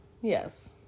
Yes